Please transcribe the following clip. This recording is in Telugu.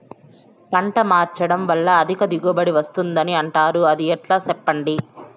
పంట మార్చడం వల్ల అధిక దిగుబడి వస్తుందని అంటారు అది ఎట్లా సెప్పండి